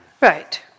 right